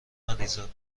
مریزاد